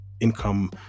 income